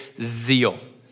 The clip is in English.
zeal